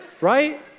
Right